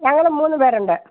ഞങ്ങൾ മൂന്നു പേരുണ്ട്